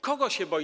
Kogo się boi?